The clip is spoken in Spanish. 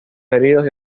heridos